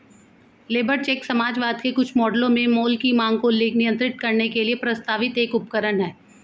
labour check समाजवाद के कुछ मॉडलों में माल की मांग को नियंत्रित करने के लिए प्रस्तावित एक उपकरण है